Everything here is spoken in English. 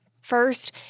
First